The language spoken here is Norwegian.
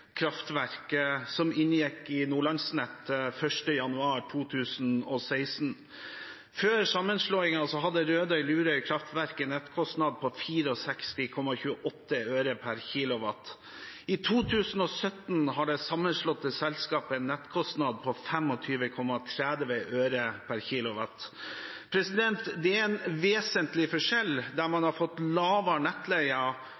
som inngikk i Nordlandsnett 1. januar 2016. Før sammenslåingen hadde Rødøy-Lurøy Kraftverk en nettkostnad på 64,28 øre/kWh. I 2017 hadde det sammenslåtte selskapet en nettkostnad på 25,30 øre/kWh. Det er en vesentlig forskjell. Man har fått lavere nettleie og en